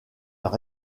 leur